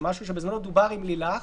זה משהו שבזמנו דובר עם לילך.